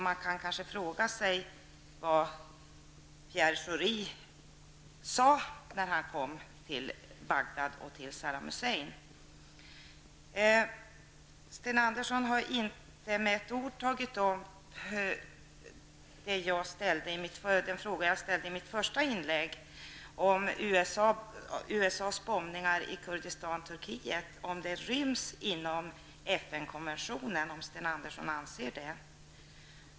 Man kan kanske fråga sig vad Pierre Schori sade i Bagdad hos Sten Andersson har inte med ett ord svarat på den fråga jag ställde i mitt första inlägg, nämligen om Sten Andersson anser att de ryms inom FN konventionen.